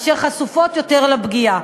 אשר חשופות יותר לפגיעה.